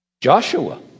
Joshua